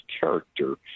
character